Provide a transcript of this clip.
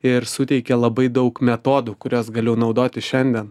ir suteikė labai daug metodų kuriuos galiu naudoti šiandien